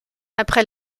après